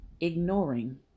Ignoring